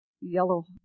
yellow